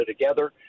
together